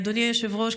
אדוני היושב-ראש,